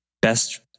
best